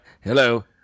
hello